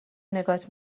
نگات